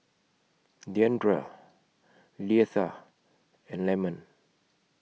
Deandra Leitha and Lemon